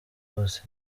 hose